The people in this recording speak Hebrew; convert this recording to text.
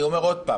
אני אומר שוב,